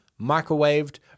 microwaved